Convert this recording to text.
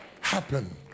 happen